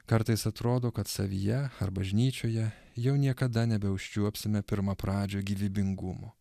kartais atrodo kad savyje ar bažnyčioje jau niekada nebeužčiuopsime pirmapradžio gyvybingumo